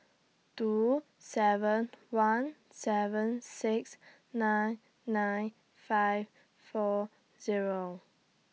two seven one seven six nine nine five four Zero